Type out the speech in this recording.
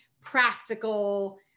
practical